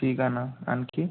ठीक आहे ना आणखी